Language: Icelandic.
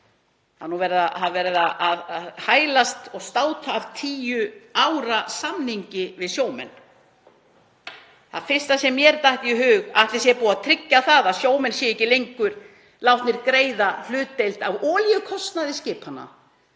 Það er verið að að hælast og státa af tíu ára samningi við sjómenn. Það fyrsta sem mér datt í hug: Ætli sé búið að tryggja það að sjómenn séu ekki lengur látnir greiða hlutdeild af olíukostnaði skipanna?